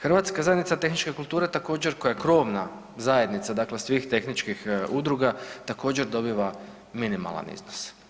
Hrvatska zajednice tehničke kulture koja je krovna zajednica, dakle svih tehničkih udruga, također, dobiva minimalan iznos.